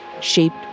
shaped